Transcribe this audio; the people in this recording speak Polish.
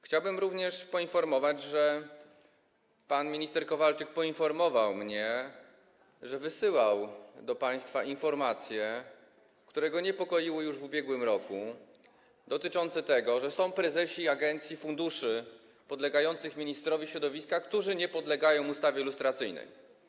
Chciałbym również poinformować, że pan minister Kowalczyk powiadomił mnie, że wysyłał do państwa informacje, które go niepokoiły już w ubiegłym roku, dotyczące tego, że są prezesi agencji, funduszy podlegających ministrowi środowiska, którzy nie podlegają ustawie lustracyjnej.